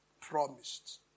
promised